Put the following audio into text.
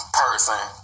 person